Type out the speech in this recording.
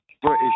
British